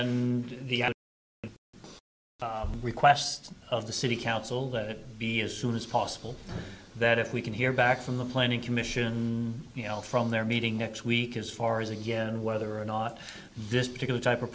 and the request of the city council that it be as soon as possible that if we can hear back from the planning commission you know from their meeting next week as far as again whether or not this particular type of